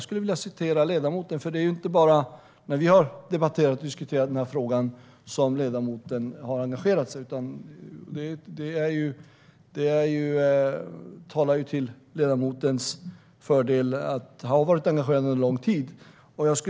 Det är inte bara när vi har debatterat och diskuterat den här frågan som ledamoten har engagerat sig. Det talar ju till ledamotens fördel att han under lång tid har varit engagerad.